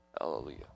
Hallelujah